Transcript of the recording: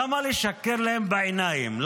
למה לשקר להם בעיניים?